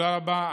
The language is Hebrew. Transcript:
תודה רבה.